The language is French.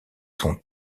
sont